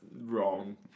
wrong